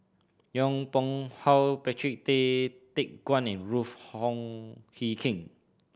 Yong Pung How Patrick Tay Teck Guan and Ruth Wong Hie King